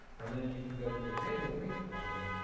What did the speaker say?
and then you can go to enable paint flashing.